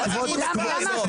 סליחה.